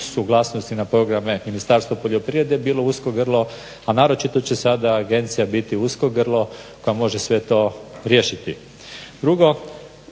suglasnosti na programe Ministarstva poljoprivrede bilo uskok grlo, a naročito će sada agencija biti usko grlo koje može sve to riješiti.